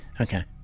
Okay